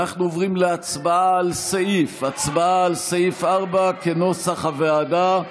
ואנחנו עוברים להצבעה על סעיף 4 כנוסח הוועדה.